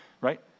right